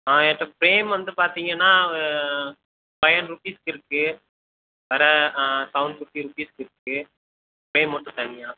ஆ என்கிட்ட ஃப்ரேம் வந்து பார்த்திங்கனா ஃபைவ் ஹண்ட்ரட் ரூபிஸ் இருக்கு வேறு செவன் ஃபிஃப்டி ரூபிஸ்க்கு இருக்கு ஃப்ரேம் மட்டும் தனியாக